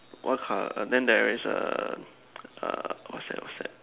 what colour then there is a uh what's that what's that